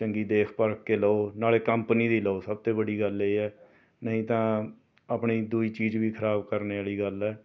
ਚੰਗੀ ਦੇਖ ਪਰਖ ਕੇ ਲਓ ਨਾਲੇ ਕੰਪਨੀ ਦੀ ਲਓ ਸਭ ਤੋਂ ਬੜੀ ਗੱਲ ਇਹ ਹੈ ਨਹੀ ਤਾਂ ਆਪਣੀ ਦੂਜੀ ਚੀਜ਼ ਵੀ ਖਰਾਬ ਕਰਨ ਵਾਲੀ ਗੱਲ ਆ